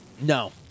No